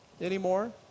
anymore